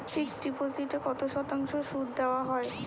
Fixed ডিপোজিটে কত শতাংশ সুদ দেওয়া হয়?